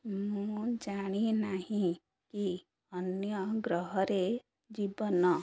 ମୁଁ ଜାଣିନାହିଁ କି ଅନ୍ୟ ଗ୍ରହରେ ଜୀବନ